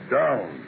down